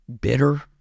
bitter